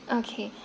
okay